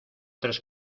tres